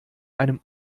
einem